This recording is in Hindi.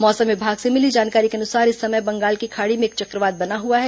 मौसम विभाग से मिली जानकारी के अनुसार इस समय बंगाल की खाड़ी में एक चक्रवात बना हुआ है